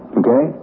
okay